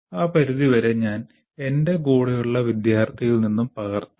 ആ പരിധി വരെ ഞാൻ എന്റെ കൂടെയുള്ള വിദ്യാർത്ഥിയിൽ നിന്ന് പകർത്തും